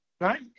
Right